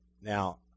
Now